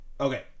Okay